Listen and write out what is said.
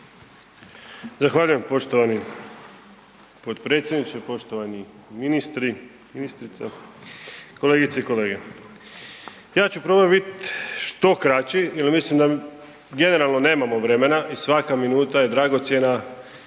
Zahvaljujem poštovani potpredsjedniče. Poštovani ministri, ministrica kolegice i kolege. Ja ću probat biti što kraći jel mislim da generalno nemamo vremena i svaka minuta je dragocjena